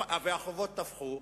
והחובות תפחו,